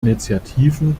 initiativen